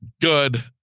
Good